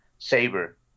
Saber